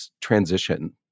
transition